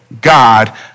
God